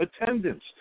Attendance